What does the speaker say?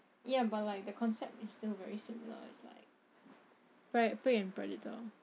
ya but like the concept is still very similar it's like prey and predator